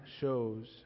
shows